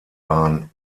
bahn